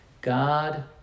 God